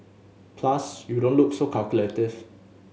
plus you don't look so calculative